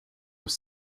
with